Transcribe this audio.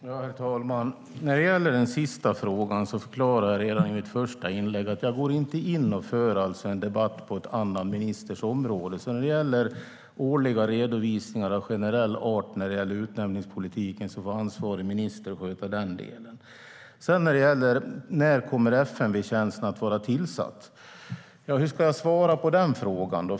Herr talman! När det gäller den sista frågan förklarade jag redan i mitt första inlägg att jag inte går in och för en debatt på en annan ministers område. När det gäller årliga redovisningar av generell art av utnämningspolitiken får ansvarig minister sköta den delen. När kommer FMV-tjänsten att vara tillsatt? Hur ska jag svara på den frågan?